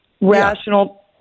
rational